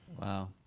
Wow